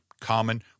common